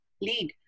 lead